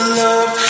love